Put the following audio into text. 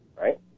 right